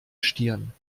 stirn